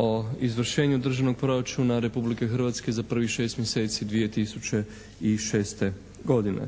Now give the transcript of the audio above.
o izvršenju državnog proračuna Republike Hrvatske za prvih šest mjeseci 2006. godine.